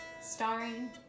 Starring